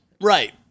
Right